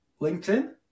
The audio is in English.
LinkedIn